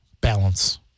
balance